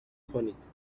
کنید